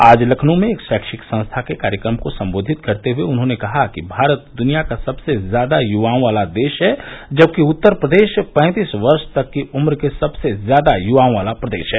आज लखनऊ में एक शैक्षिक संस्था के कार्यक्रम को सम्बोधित करते हये उन्होंने कहा कि भारत दुनिया का सबसे ज्यादा युवाओं वाला देश है जबकि उत्तर प्रदेश पैंतीस वर्ष तक की उम्र के सबसे ज्यादा युवाओं वाला प्रदेश है